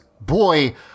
boy